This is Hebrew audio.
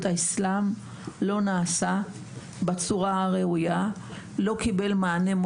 האסלאם לא נעשה בצורה הראויה; לא קיבל מענה,